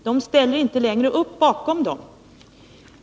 De ställer inte längre upp bakom dem.